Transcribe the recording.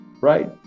right